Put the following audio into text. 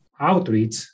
outreach